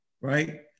Right